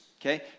okay